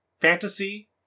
fantasy